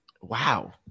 wow